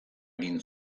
egin